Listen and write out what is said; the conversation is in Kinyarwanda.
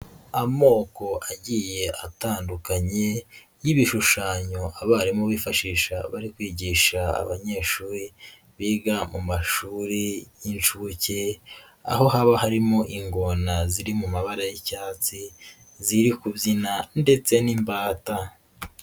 Amoko agiye atandukanye y'ibishushanyo abarimu bifashisha bari kwigisha abanyeshuri biga mu mashuri y'inshuke, aho haba harimo ingona ziri mu mabara y'icyatsi ziri kubyina ndetse n'imbata.